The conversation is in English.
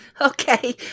Okay